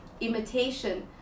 imitation